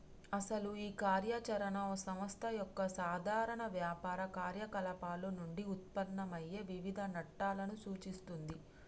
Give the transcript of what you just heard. అసలు ఈ కార్య చరణ ఓ సంస్థ యొక్క సాధారణ వ్యాపార కార్యకలాపాలు నుండి ఉత్పన్నమయ్యే వివిధ నట్టులను సూచిస్తుంది